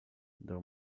there